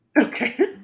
Okay